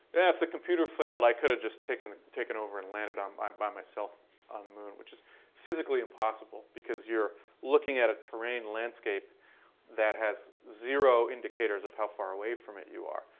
yeah if the computer failed, i could have just taken taken over and landed um um by myself on the moon. which is physically impossible, because you're looking at a terrain landscape that has zero indicators of how far away from it you are.